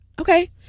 Okay